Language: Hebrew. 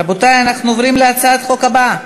רבותי, אנחנו עוברים להצעת החוק הבאה: